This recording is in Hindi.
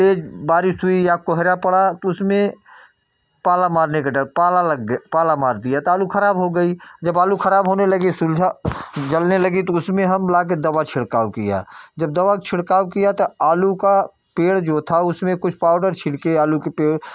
तेज़ बारिश हुई या कोहरा पड़ा तो उसमें पाला मारने का डर पाला लग गया पाला मार दिया तो आलू ख़राब हो गई जब आलू ख़राब होने लगी सुलझा जलने लगी तो उसमे हम लाकर दवा छिड़काव किया जब दवा छिड़काव किया तो आलू का पेड़ जो था उसमें कुछ पाउडर छिड़के आलू की पेड़